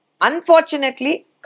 Unfortunately